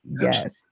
Yes